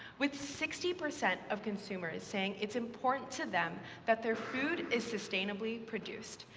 with sixty percent of consumers saying it's important to them that their food is sustainably produced.